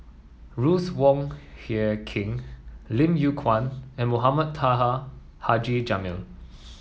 Ruth Wong Hie King Lim Yew Kuan and Mohamed Taha Haji Jamil